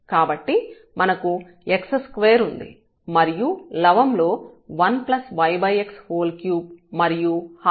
కాబట్టి మనకు x2 ఉంది మరియు లవం లో 13మరియు హారం లో 1 yx ను పొందుతాము